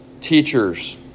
teachers